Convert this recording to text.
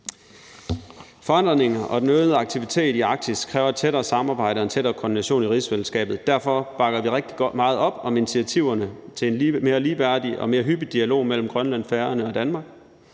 Forandringerne og den øgede aktivitet i Arktis kræver et tættere samarbejde og en tættere koordination i rigsfællesskabet. Derfor bakker vi rigtig meget op om initiativerne til en mere ligeværdig og mere hyppig dialog mellem Grønland, Færøerne og Danmark.